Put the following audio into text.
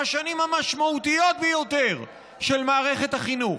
השנים המשמעותיות ביותר של מערכת החינוך,